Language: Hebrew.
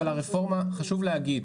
אבל חשוב להגיד,